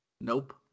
Nope